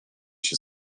się